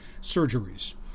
surgeries